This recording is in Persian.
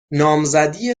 نامزدی